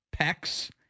pecs